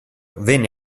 venne